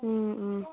ꯎꯝ ꯎꯝ